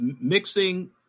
mixing